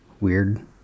weird